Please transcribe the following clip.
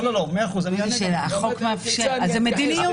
אז זו מדיניות.